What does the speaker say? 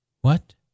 What